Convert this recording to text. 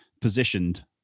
positioned